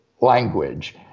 language